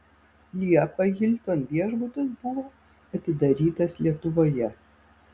liepą hilton viešbutis buvo atidarytas lietuvoje